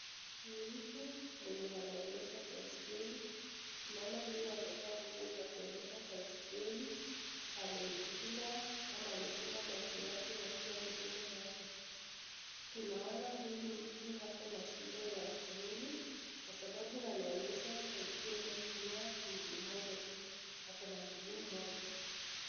Ni mtu mwenye anaendesha baiskeli tunaona huyu amevaa nguo ya kuendesha baskeli amejikinga ama amefungua macho yake na pia mdomo yake tunaona huyu mtu akona shida ya kimwili kwa sababu anaendesha baskeli akitumia mguu moja tu, akona mguu moja.